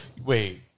wait